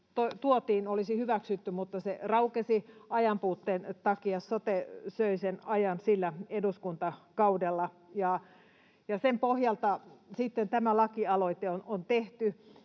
toi, olisi hyväksytty, mutta se raukesi ajan puutteen takia, sote söi sen ajan sillä eduskuntakaudella, ja sen pohjalta sitten tämä laki-aloite on tehty.